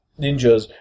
ninjas